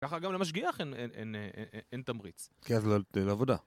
ככה גם למשגיח אין תמריץ. כן, זה לא עבודה.